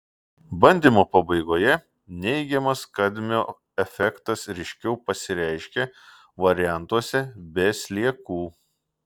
bandymo pabaigoje neigiamas kadmio efektas ryškiau pasireiškė variantuose be sliekų